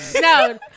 No